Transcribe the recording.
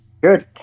Good